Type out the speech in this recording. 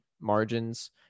margins